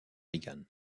reagan